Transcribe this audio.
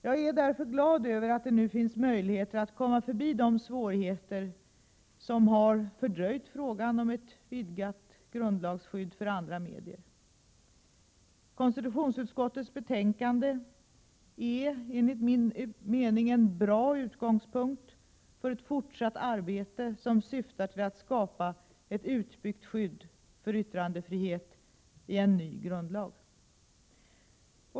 Jag är därför glad över att det nu finns möjligheter att komma förbi de svårigheter som har fördröjt frågan om ett vidgat grundlagsskydd för andra medier. Konstitutionsutskottets betänkande är enligt min mening en bra utgångspunkt för ett fortsatt arbete som syftar till att skapa ett utbyggt skydd för yttrandefrihet i en ny grundlag.